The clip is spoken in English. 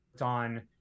on